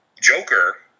Joker